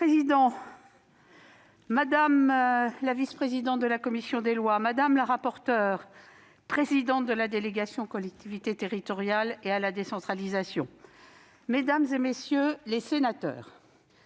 Monsieur le président, madame la vice-présidente de la commission des lois, madame la rapporteure, présidente de la délégation aux collectivités territoriales et à la décentralisation, mesdames, messieurs les sénateurs,